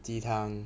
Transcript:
鸡汤